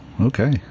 okay